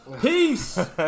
Peace